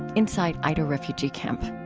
inside aida refugee camp